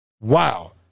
Wow